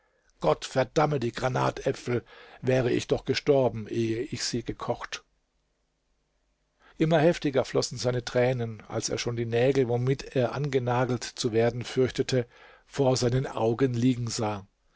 gott verdamme die granatäpfel wäre ich doch gestorben ehe ich sie gekocht immer heftiger flossen seine tränen als er schon die nägel womit er angenagelt zu werden fürchtete vor seinen augen liegen sah